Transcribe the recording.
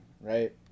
right